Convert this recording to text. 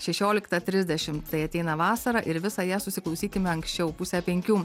šešioliktą trisdešim tai ateina vasara ir visą ją susiklausykime anksčiau pusę penkių